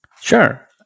Sure